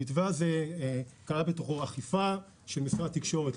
המתווה הזה כלל בתוכו אכיפה של משרד התקשורת.